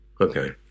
Okay